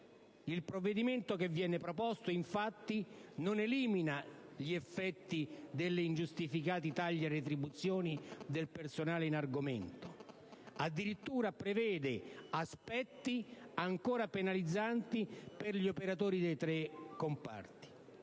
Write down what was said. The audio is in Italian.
Il provvedimento che viene proposto, infatti, non elimina gli effetti degli ingiustificati tagli alle retribuzioni del personale in argomento; addirittura, prevede aspetti ancora penalizzanti per gli operatori dei tre comparti.